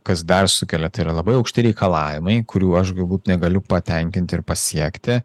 kas dar sukelia tai yra labai aukšti reikalavimai kurių aš galbūt negaliu patenkinti ir pasiekti